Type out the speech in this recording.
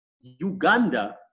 Uganda